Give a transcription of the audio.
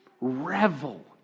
Revel